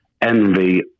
envy